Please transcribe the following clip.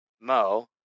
Mo